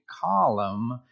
column